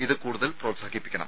ഇത് കൂടുതൽ പ്രോത്സാഹിപ്പിക്കണം